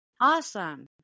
Awesome